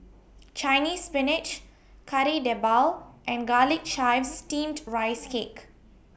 Chinese Spinach Kari Debal and Garlic Chives Steamed Rice Cake